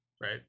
right